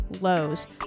lows